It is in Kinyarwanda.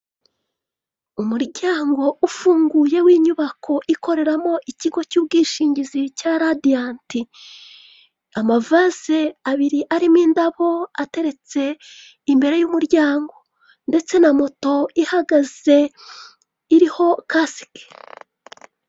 Umuryango ufunguye w'inyubako ikoreramo ikigo cy'ubwishingizi cya radiyanti. Amavase abiri arimo indabo, ateretse imbere y'umuryango, ndetse na moto ihagaze iriho kasike.